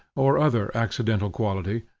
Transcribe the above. or other accidental quality,